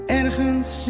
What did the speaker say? ergens